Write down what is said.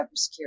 cybersecurity